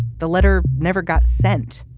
the letter never got sent.